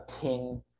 king